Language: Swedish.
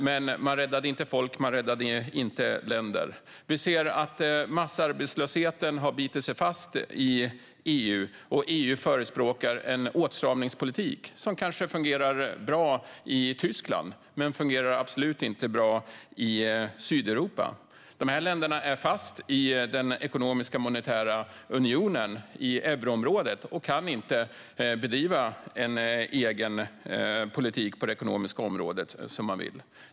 Men man räddade inte folk och inte länder. Vi ser att massarbetslösheten har bitit sig fast i EU. EU förespråkar en åtstramningspolitik som kanske fungerar bra i Tyskland. Men den fungerar absolut inte bra i Sydeuropa. Dessa länder är fast i den ekonomiska och monetära unionen i euroområdet och kan inte bedriva en egen politik på det ekonomiska området.